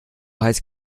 heiß